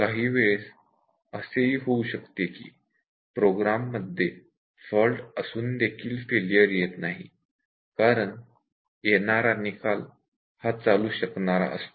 काही वेळेस असेही होऊ शकते की प्रोग्राम मध्ये फॉल्ट असून देखील फेलियर येत नाही कारण येणारा निकाल हा चालू शकणारा असतो